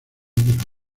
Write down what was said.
del